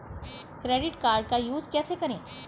Credit card का use कैसे करें?